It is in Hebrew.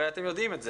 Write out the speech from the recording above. הרי אתם יודעים את זה,